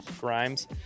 Grimes